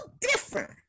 different